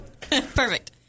Perfect